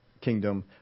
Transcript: kingdom